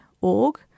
org